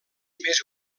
més